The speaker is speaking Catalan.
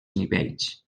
nivells